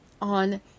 on